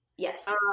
Yes